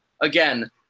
again